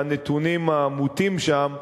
מהנתונים המוטים שם,